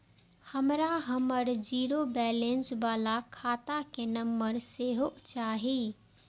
हमरा हमर zero balance बाला खाता के नम्बर सेहो चाही